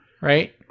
right